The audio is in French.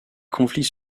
conflits